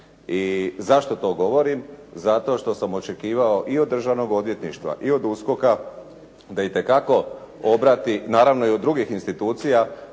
I zašto to govorim? Zato što sam očekivao i od državnog odvjetništva i od USKOK-a da itekako obrati, naravno i od drugih institucija,